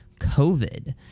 covid